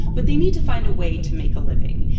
but they need to find a way to make a living.